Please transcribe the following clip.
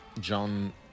John